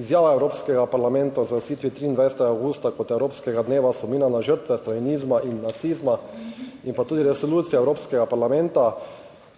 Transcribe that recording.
izjava Evropskega parlamenta o razglasitvi 23. avgusta kot evropskega dneva spomina na žrtve feminizma in nacizma in pa tudi Resolucija evropskega parlamenta